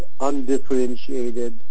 undifferentiated